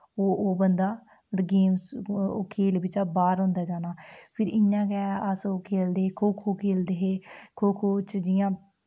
ओह् ओह् बंदा गेमां ओह् खेढ बिच्चा बाह्र होंदा जाना फ्ही इ'यां गै अस ओ खेढदे हे खो खो खेढदे हे खो खो च जि'यां